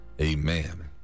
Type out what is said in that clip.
amen